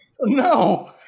no